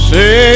Say